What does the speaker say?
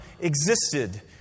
existed